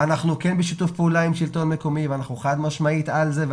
אנחנו כן בשיתוף פעולה עם השלטון המקומי ואנחנו חד משמעית על זה.